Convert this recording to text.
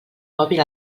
mòbil